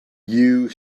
you